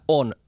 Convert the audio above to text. on